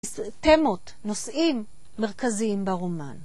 תמות, נושאים מרכזיים ברומן.